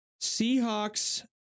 Seahawks